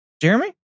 Jeremy